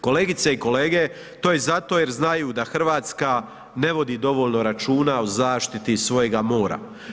Kolegice i kolege to je zato jer znaju da Hrvatska ne vodi dovoljno računa o zaštiti svojega mora.